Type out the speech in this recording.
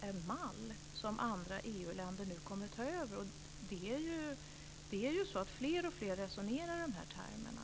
en mall som andra EU-länder kommer att ta över. Fler och fler resonerar i de här termerna.